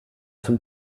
zum